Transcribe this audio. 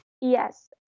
Yes